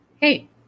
Hey